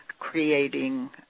Creating